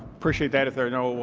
appreciate that if there are no